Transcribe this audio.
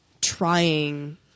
trying